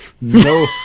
no